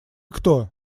кто